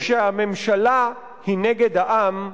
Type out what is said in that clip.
כשהממשלה היא נגד העם,